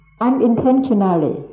Unintentionally